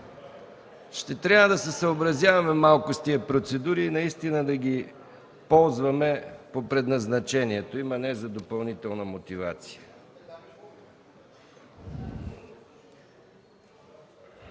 Ще трябва да се съобразяваме с тези процедури – наистина да ги ползваме по предназначението им, а не за допълнителна мотивация.